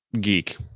geek